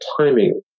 timing